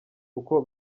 kuko